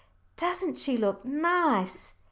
doesn't she look nice?